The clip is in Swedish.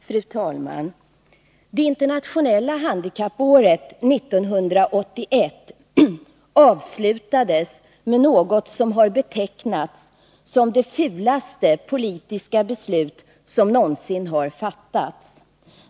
Fru talman! Det internationella handikappåret 1981 avslutades med något som har betecknats som det fulaste politiska beslut som någonsin har fattats.